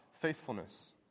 faithfulness